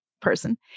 person